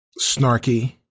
snarky